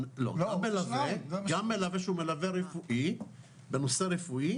גם מלווה שהוא מלווה בנושא רפואי,